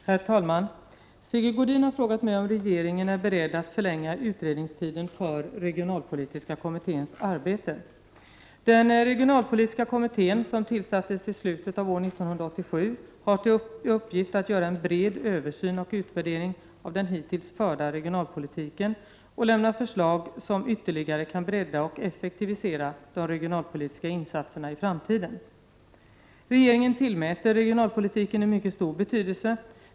Herr talman! Sigge Godin har frågat mig om regeringen är beredd att förlänga utredningstiden för regionalpolitiska kommitténs arbete. Den regionalpolitiska kommittén, som tillsattes i slutet av år 1987, har till uppgift att göra en bred översyn och utvärdering av den hittills förda regionalpolitiken och lämna förslag som ytterligare kan bredda och effektivisera de regionalpolitiska insatserna i framtiden. Regeringen tillmäter regionalpolitiken en mycket stor betydelse.